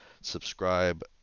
subscribe